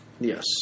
Yes